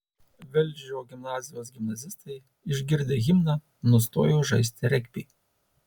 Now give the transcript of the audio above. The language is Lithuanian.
velžio gimnazijos gimnazistai išgirdę himną nustojo žaisti regbį